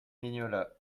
mignola